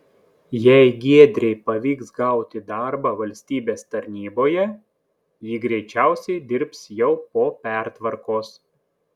jei giedrei pavyks gauti darbą valstybės tarnyboje ji greičiausiai dirbs jau po pertvarkos